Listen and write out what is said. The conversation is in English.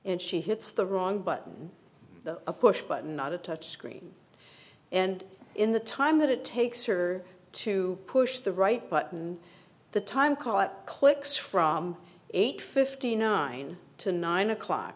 and she hits the wrong button a push button on the touch screen and in the time that it takes her to push the right button the time call it clicks from eight hundred and fifty nine to nine o'clock